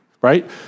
right